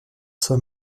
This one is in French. somme